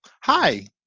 Hi